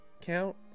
count